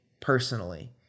personally